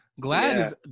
Glad